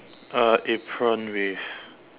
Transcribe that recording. uh apron with